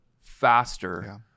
faster